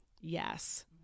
yes